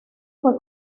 fue